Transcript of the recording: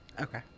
Okay